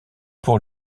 pour